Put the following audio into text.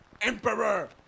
Emperor